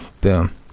boom